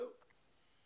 זהו.